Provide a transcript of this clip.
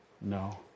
no